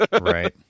right